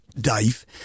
Dave